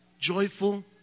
joyful